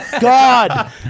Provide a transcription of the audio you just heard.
God